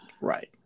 Right